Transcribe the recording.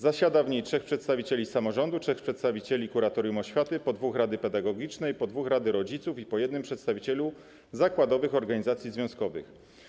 Zasiada w niej trzech przedstawicieli samorządu, trzech przedstawicieli kuratorium oświaty, po dwóch przedstawicieli rady pedagogicznej, po dwóch przedstawicieli rady rodziców i po jednym przedstawicielu zakładowych organizacji związkowych.